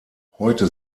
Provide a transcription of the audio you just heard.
heute